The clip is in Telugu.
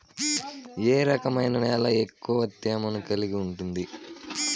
ఏ రకమైన నేల ఎక్కువ తేమను కలిగి ఉంటుంది?